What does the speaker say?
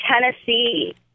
Tennessee